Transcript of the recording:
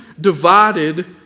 divided